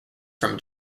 from